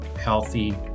healthy